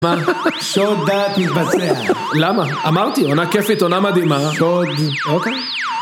מה? שעוד דעת מתבצע. למה? אמרתי עונה כיפית עונה מדהימה. שעוד... אוקיי.